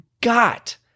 got